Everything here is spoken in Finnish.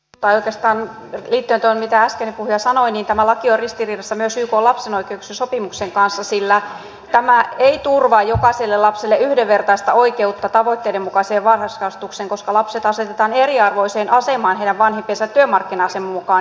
liittyen tuohon mitä äskeinen puhuja sanoi tämä laki on ristiriidassa myös ykn lapsen oikeuksien sopimuksen kanssa sillä tämä ei turvaa jokaiselle lapselle yhdenvertaista oikeutta tavoitteiden mukaiseen varhaiskasvatukseen koska lapset asetetaan eriarvoiseen asemaan heidän vanhempiensa työmarkkina aseman mukaan